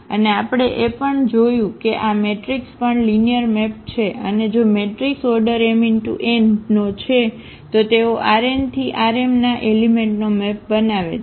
અને આપણે એ પણ જોયું છે કે આ મેટ્રિક્સ પણ લિનિયર મેપ છે અને જો મેટ્રિક્સ ઓર્ડર m×n નો છે તો તેઓ Rn થી Rm ના એલિમેંટનો મેપ બનાવે છે